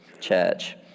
church